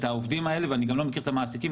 העובדים האלה ואני גם לא מכיר את המעסיקים.